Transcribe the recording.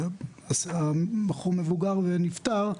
בחור מבוגר שנפטר,